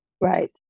right